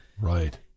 Right